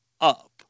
up